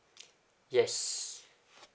yes